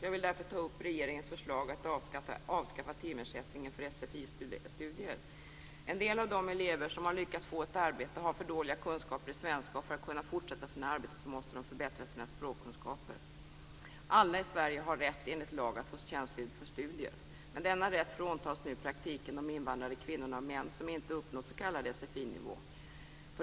Jag vill därför ta upp regeringens förslag att avskaffa timersättningen för sfi-studier. En del av de elever som har lyckats få ett arbete har för dåliga kunskaper i svenska. För att kunna fortsätta sina arbeten måste de förbättra sina språkkunskaper. Alla i Sverige har rätt enligt lag att få tjänstledigt för studier. Men denna rätt fråntas nu i praktiken de invandrade kvinnor och män som inte uppnår s.k. sfi-nivå.